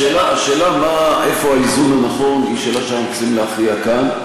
השאלה איפה האיזון הנכון היא שאלה שאנחנו צריכים להכריע בה כאן.